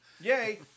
Yay